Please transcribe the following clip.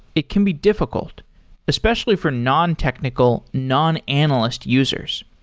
it can be diffi cult especially for nontechnical, non-analyst users.